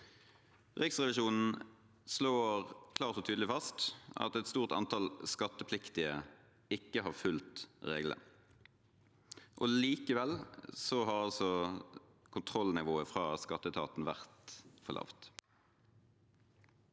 Riksrevisjonen slår klart og tydelig fast at et stort antall skattepliktige ikke har fulgt reglene. Likevel har altså kontrollnivået fra skatteetaten vært for lavt.